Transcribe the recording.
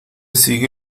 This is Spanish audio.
sigue